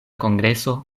kongreso